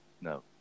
No